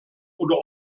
oder